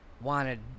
wanted